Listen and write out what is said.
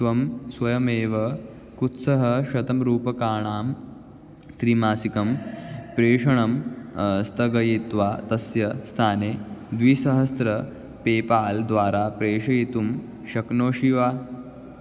त्वं स्वयमेव कुत्सः शतं रूपकाणां त्रिमासिकं प्रेषणं स्थगयित्वा तस्य स्थाने द्विसहस्र पेपाल् द्वारा प्रेषयितुं शक्नोषि वा